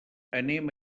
anem